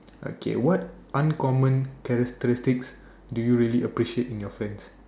okay what uncommon characteristics do you really appreciate about your friends